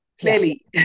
clearly